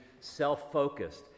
self-focused